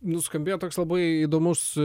nuskambėjo toks labai įdomus